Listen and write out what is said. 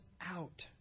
out